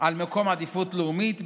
על מקום בעדיפות לאומית,